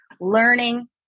learning